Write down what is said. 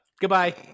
Goodbye